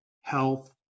health